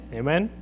amen